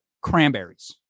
cranberries